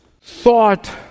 thought